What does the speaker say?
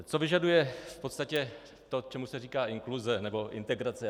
Co vyžaduje v podstatě to, čemu se říká inkluze nebo integrace?